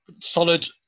solid